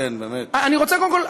קודם כול,